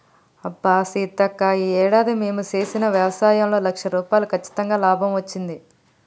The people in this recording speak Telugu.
అబ్బా సీతక్క ఈ ఏడాది మేము చేసిన వ్యవసాయంలో లక్ష రూపాయలు కచ్చితంగా లాభం వచ్చింది